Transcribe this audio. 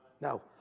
No